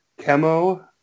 chemo